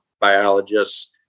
biologists